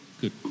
good